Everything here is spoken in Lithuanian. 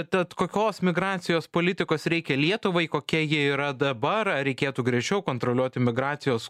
tad kokios migracijos politikos reikia lietuvai kokia ji yra dabar ar reikėtų griežčiau kontroliuoti migracijos